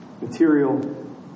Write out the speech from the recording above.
Material